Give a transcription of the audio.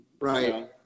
right